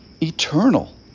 eternal